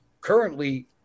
currently